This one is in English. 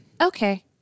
Okay